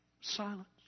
Silence